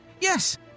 Yes